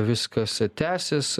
viskas tęsis